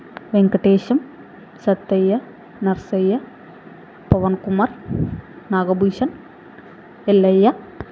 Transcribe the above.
Venkatesham Sattaiah Narasaiah Pawan Kumar Nagabhushan Pillaiah